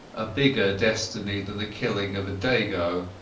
a bigger destiny than the killing of a dago.